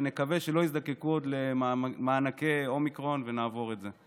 ונקווה שלא יזדקקו עוד למענקי אומיקרון ונעבור את זה.